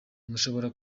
mushobora